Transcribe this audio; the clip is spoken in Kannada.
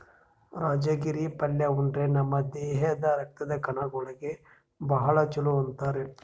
ರಾಜಗಿರಿ ಪಲ್ಯಾ ಉಂಡ್ರ ನಮ್ ದೇಹದ್ದ್ ರಕ್ತದ್ ಕಣಗೊಳಿಗ್ ಭಾಳ್ ಛಲೋ ಅಂತಾರ್